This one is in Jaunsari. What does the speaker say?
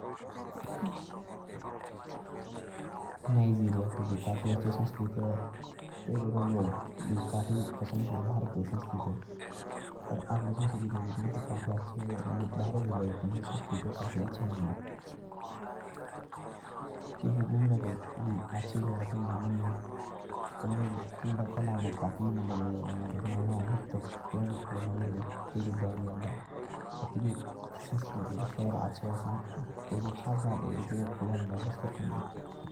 नाइज़ेरिया के भी काफी अच्छा संस्कृति आ। भारत के लोग भी तिनके संस्कृति अच्छे मना। तेइकाके लोग भी भारत के संस्कृति काफी अच्छा मना।